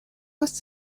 has